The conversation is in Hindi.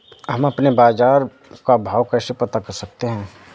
हम अपने बाजार का भाव कैसे पता कर सकते है?